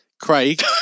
Craig